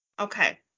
Okay